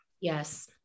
yes